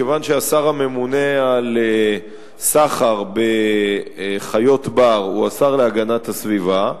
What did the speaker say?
כיוון שהשר הממונה על סחר בחיות בר הוא השר להגנת הסביבה,